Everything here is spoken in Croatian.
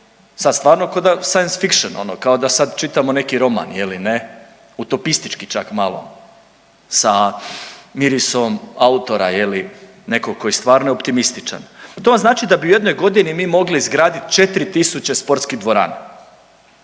sada stvarno kao da je science fiction, ono kao da sada čitamo neki roman je li, ne, utopistički čak malo sa mirisom autora je li nekog koji je stvarno optimističan, to vam znači da bi u jednoj godini mi mogli izgraditi 4 tisuće sportskih dvorana,